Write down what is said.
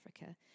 Africa